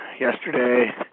yesterday